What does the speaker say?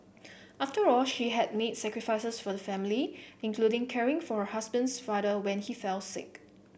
after all she had made sacrifices for the family including caring for her husband's father when he fell sick